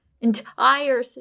Entire